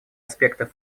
аспектов